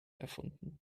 erfunden